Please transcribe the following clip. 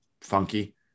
funky